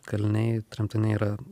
kaliniai tremtiniai yra